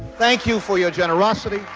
thank you for your generosity.